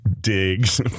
digs